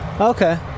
Okay